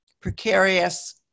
precarious